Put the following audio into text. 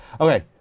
Okay